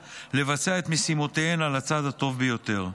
לבצע את משימותיהם על הצד הטוב ביותר.